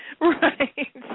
Right